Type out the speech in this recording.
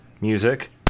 music